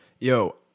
Yo